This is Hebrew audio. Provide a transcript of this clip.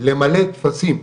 למלא טפסים.